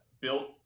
built